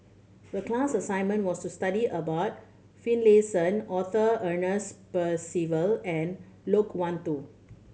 the class assignment was to study about Finlayson Arthur Ernest Percival and Loke Wan Tho